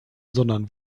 sondern